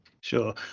Sure